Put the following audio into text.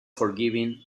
forgiving